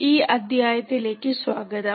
ഈ അദ്ധ്യായത്തിലേക്ക് സ്വാഗതം